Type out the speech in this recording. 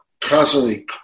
constantly